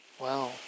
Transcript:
Wow